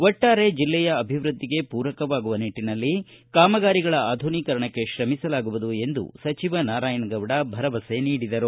ಒಟ್ಟಾರೆ ಜಿಲ್ಲೆಯ ಅಭಿವೃದ್ಧಿಗೆ ಪೂರಕವಾಗುವ ನಿಟ್ಟನಲ್ಲಿ ಕಾಮಗಾರಿಗಳ ಆಧುನೀಕರಣಕ್ಕೆ ಶ್ರಮಿಸಲಾಗುವುದು ಎಂದು ಸಚಿವ ನಾರಾಯಣಗೌಡ ಭರವಸೆ ನೀಡಿದರು